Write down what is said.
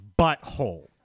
butthole